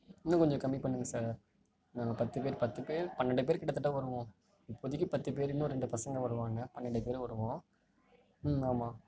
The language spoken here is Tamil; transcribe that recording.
இன்னு கொஞ்சம் கம்மி பண்ணுங்கள் சார் நாங்கள் பத்து பேர் பத்து பேர் பன்னெண்டு பேர் கிட்டத்தட்ட வருவோம் இப்போதிக்கு பத்து பேர் இன்னும் ரெண்டு பசங்க வருவாங்க பன்னெண்டு பேர் வருவோம் ம் ஆமாம்